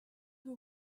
who